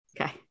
Okay